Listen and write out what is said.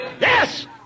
Yes